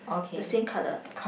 the same colour